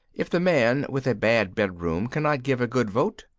if the man with a bad bedroom cannot give a good vote,